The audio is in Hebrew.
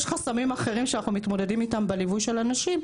יש חסמים אחרים שאנחנו מתמודדים איתם בליווי של הנשים,